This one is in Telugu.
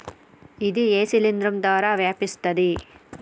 ఇది ఏ శిలింద్రం ద్వారా వ్యాపిస్తది?